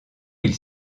ils